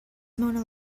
mona